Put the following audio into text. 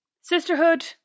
sisterhood